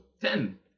ten